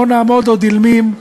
לא נעמוד עוד אילמים,